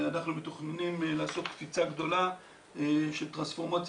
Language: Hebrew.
אנחנו מתוכננים לעשות קפיצה גדולה של טרנספורמציה